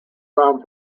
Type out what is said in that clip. round